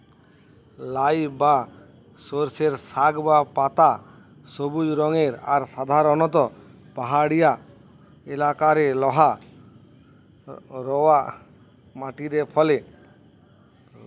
লাই বা সর্ষের শাক বা পাতা সবুজ রঙের আর সাধারণত পাহাড়িয়া এলাকারে লহা রওয়া মাটিরে ফলে